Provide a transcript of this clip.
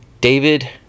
David